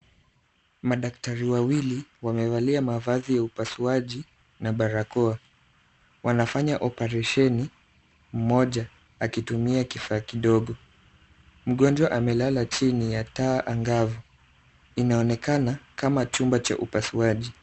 Madaktari wawili wamevalia mavazi ya upasuaji na barakoa , wanafanya opareshini ,mmoja akitumia kifaa kidogo, mgonjwa amelala chini ya taa angavu , inaonekana kama chumba cha upasuaji .